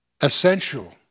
essential